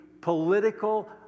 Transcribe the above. political